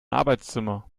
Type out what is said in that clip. arbeitszimmer